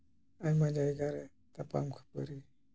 ᱟᱭᱢᱟ ᱡᱟᱭᱜᱟ ᱨᱮ ᱛᱟᱯᱟᱢ ᱠᱷᱟᱹᱯᱟᱹᱨᱤ